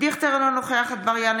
אינו נוכח ניר ברקת,